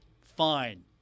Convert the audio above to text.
Fine